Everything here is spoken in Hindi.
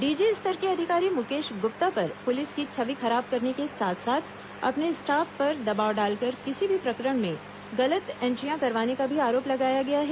डीजी स्तर के अधिकारी मुकेश गुप्ता पर पुलिस की छवि खराब करने के साथ साथ अपने स्टाफ पर दबाव डालकर किसी भी प्रकरण में गलत एंट्रियां करवाने का भी आरोप लगाया गया है